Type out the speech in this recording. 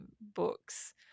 books